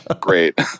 Great